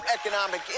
Economic